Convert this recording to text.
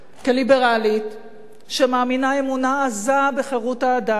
כליברלית, שמאמינה אמונה עזה בחירות האדם,